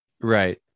Right